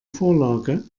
vorlage